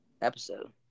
Episode